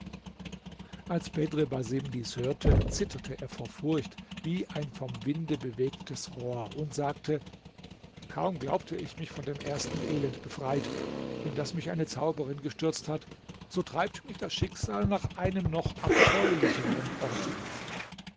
als bedr basim dies hörte zitterte er vor furcht wie ein vom winde bewegtes rohr und sagte kaum glaubte ich mich von dem ersten elend befreit in das mich eine zauberin gestürzt hat so treibt mich das schicksal nach einem noch abscheulicheren ort